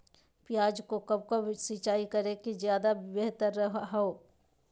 प्याज को कब कब सिंचाई करे कि ज्यादा व्यहतर हहो?